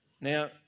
now